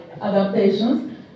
adaptations